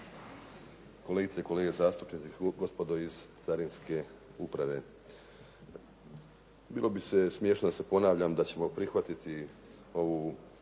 kolegice i kolege zastupnici, gospodo iz carinske uprave. Bilo bi smiješno da se ponavljam da ćemo prihvatiti ovu